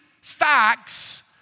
facts